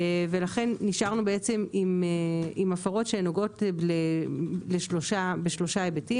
ולכן נשארנו עם הפרות שנוגעות בשלושה היבטים.